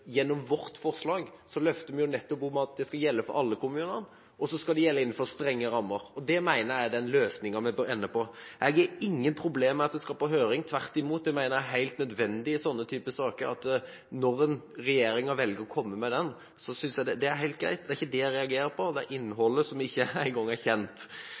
gjennom vårt forslag – løfter fram at dette nettopp skal gjelde for alle kommunene, og det skal gjelde innenfor strenge rammer. Det mener jeg er løsningen vi bør ende på. Jeg har ingen problemer med at dette skal på høring. Tvert imot – jeg mener det er helt nødvendig i denne typen saker, når regjeringen velger å komme med dette. Det synes jeg er helt greit. Det er ikke det jeg reagerer på. Jeg reagerer på innholdet, som ikke engang er kjent.